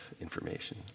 information